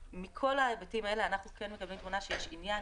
מכל ההיבטים האלה אנחנו כן מקבלים תמונה שיש עניין,